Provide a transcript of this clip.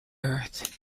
earth